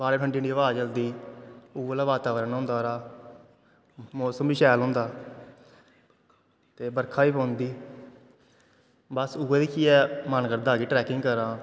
प्हाड़ैं ठंडी ठंजी हवा चलदी उऐ जेहा बाताबरन होंदा मौसम बी शैल होंदा ते बरखा बी पौंदी बस उऐ दिक्खियै मन करदा कि ट्रैकिंग करां